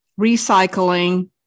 recycling